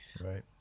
Right